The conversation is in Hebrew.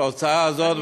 התוצאה הזאת,